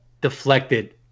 deflected